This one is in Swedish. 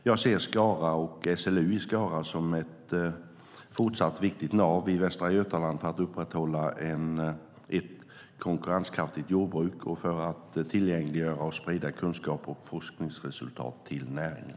Jag ser Skara och SLU i Skara som ett fortsatt viktigt nav i Västra Götaland för att upprätthålla ett konkurrenskraftigt jordbruk och för att tillgängliggöra och sprida kunskap och forskningsresultat till näringen.